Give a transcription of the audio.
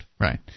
Right